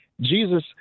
Jesus